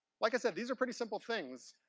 like i said, these are pretty simple things.